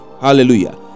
hallelujah